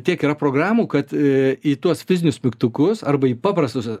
tiek yra programų kad į tuos fizinius mygtukus arba į paprastus